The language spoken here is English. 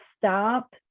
stop